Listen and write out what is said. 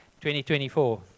2024